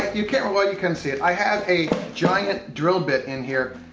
you can't really, you couldn't see it. i have a giant drill bit in here.